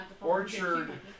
Orchard